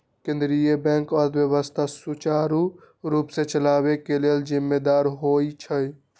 केंद्रीय बैंक अर्थव्यवस्था सुचारू रूप से चलाबे के लेल जिम्मेदार होइ छइ